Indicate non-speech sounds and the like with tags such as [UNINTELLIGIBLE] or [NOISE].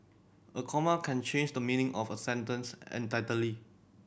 a comma can change the meaning of a sentence [UNINTELLIGIBLE]